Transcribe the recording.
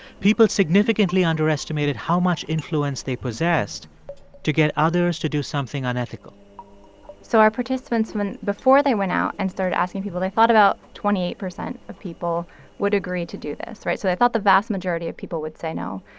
people significantly underestimated how much influence they possessed to get others to do something unethical so our participants before they went out and started asking people, they thought about twenty eight percent of people would agree to do this, right? so they thought the vast majority of people would say no.